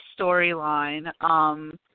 storyline